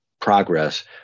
progress